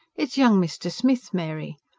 it's young mr. smith, mary.